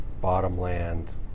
bottomland